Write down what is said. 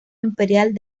imperial